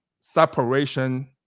separation